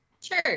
Sure